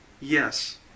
Yes